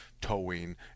towing